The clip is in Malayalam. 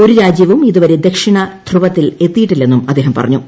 ഒരു രാജ്യവും ഇതുവരെ ദക്ഷിണ ധ്രുവത്തിൽ എത്തിയിട്ടില്ലെന്നും അദ്ദേഹ പറഞ്ഞു